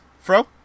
Fro